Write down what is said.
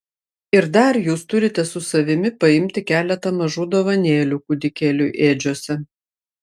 ir dar jūs turite su savimi paimti keletą mažų dovanėlių kūdikėliui ėdžiose